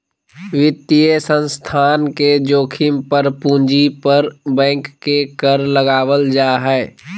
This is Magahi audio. वित्तीय संस्थान के जोखिम पर पूंजी पर बैंक के कर लगावल जा हय